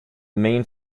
main